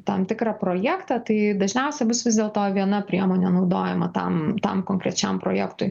tam tikrą projektą tai dažniausia bus vis dėlto viena priemonė naudojama tam tam konkrečiam projektui